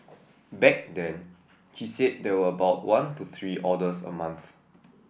back then she said there were about one to three orders a month